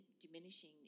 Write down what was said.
diminishing